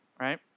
Right